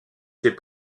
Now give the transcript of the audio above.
ses